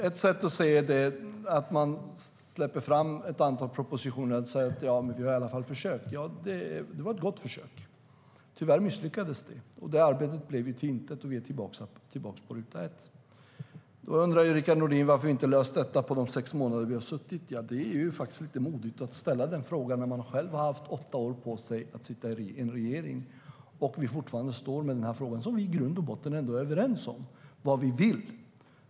Ett sätt är att man släpper fram ett antal propositioner och säger: Vi har i varje fall försökt. Det var ett gott försök, men tyvärr misslyckades det. Det arbetet blev till intet, och vi är tillbaka på ruta ett. Rickard Nordin undrar varför vi inte har löst detta under de sex månader vi har suttit vid makten. Det är lite modigt att ställa den frågan när man själv har haft åtta år på sig att sitta i en regering och vi fortfarande står med frågan, där vi i grund och botten är överens om vad vi vill.